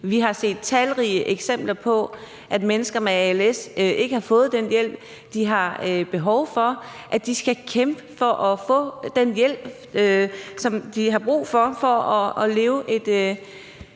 Vi har set talrige eksempler på, at mennesker med als ikke har fået den hjælp, de har behov for, at de skal kæmpe for at få den hjælp, som de har brug for for at leve et,